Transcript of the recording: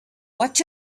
watch